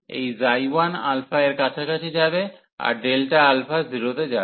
এই 1 এর কাছাকাছি যাবে আর 0 তে যাবে